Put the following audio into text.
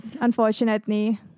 unfortunately